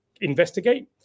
investigate